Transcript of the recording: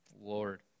Lord